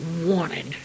wanted